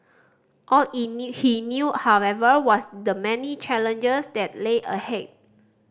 all he knew however was the many challenges that lay ahead